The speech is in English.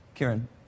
Kieran